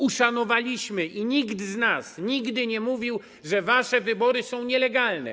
Uszanowaliśmy je i nikt z nas nigdy nie mówił, że wasze wybory są nielegalne.